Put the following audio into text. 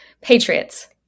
Patriots